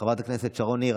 חברת הכנסת שרון ניר,